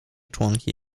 członki